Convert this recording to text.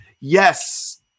Yes